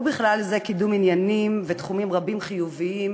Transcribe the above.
ובכלל זה קידום עניינים ותחומים רבים חיוביים,